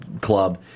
club